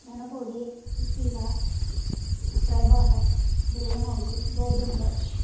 Dhanakodi Sushila Prabhakar Premavathi Gauthamraj